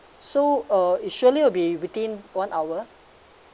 so uh it surely will be within one hour